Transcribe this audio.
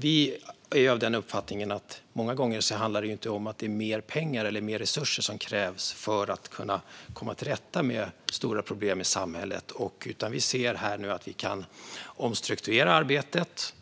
Vi är av den uppfattningen att det många gånger inte är mer pengar och resurser som krävs för att kunna komma till rätta med stora problem i samhället, utan vi ser att vi kan omstrukturera arbetet